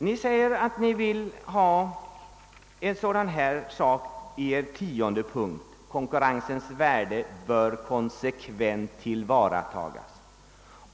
Ni säger i er tionde punkt ait konkurrensens värde bör konsekvent tillvaratas.